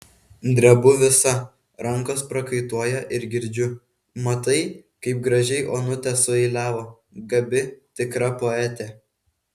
drebu visa rankos prakaituoja ir girdžiu matai kaip gražiai onutė sueiliavo gabi tikra poetė